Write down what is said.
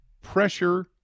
pressure